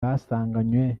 basanganywe